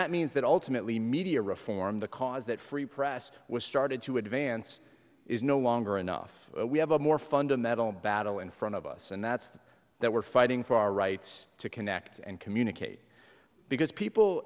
that means that ultimately media reform the cause that free press was started to advance is no longer enough we have a more fundamental battle in front of us and that's that we're fighting for our rights to connect and communicate because people